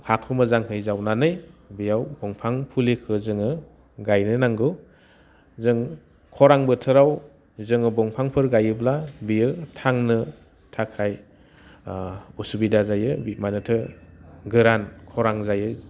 हाखौ मोजांहै जावनानै बेयाव दंफां फुलिखौ जोङो गायनो नांगौ जों खरान बोथोराव जोङो दंफांफोर गायोब्ला बियो थांनो थाखाय असुबिदा जायो बि मानोथो गोरान खरान जायो